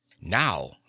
Now